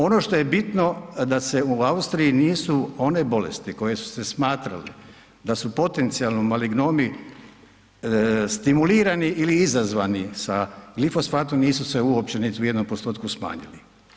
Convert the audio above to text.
Ono što je bitno da se u Austriji nisu one bolesti koje su se smatrale da su potencijalno malignomi stimulirani ili izazvani sa glifosatom, nisu se uopće niti u jednom postotku smanjili.